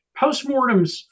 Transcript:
Postmortems